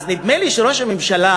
אז נדמה לי שראש הממשלה,